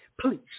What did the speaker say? please